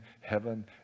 heaven